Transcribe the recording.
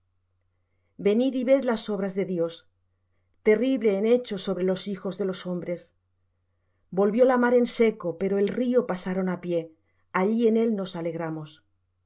venid y ved las obras de dios terrible en hechos sobre los hijos de los hombres volvió la mar en seco por el río pasaron á pie allí en él nos alegramos